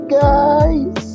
guys